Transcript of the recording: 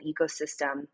ecosystem